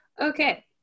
Okay